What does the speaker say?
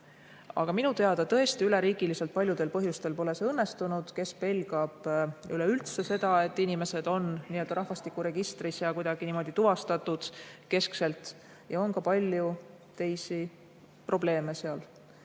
Aga minu teada tõesti üleriigiliselt paljudel põhjustel pole see õnnestunud. Kes pelgab üleüldse seda, et inimesed on rahvastikuregistris ja kuidagi niimoodi tuvastatud, keskselt, ja on ka palju teisi probleeme.